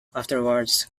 afterwards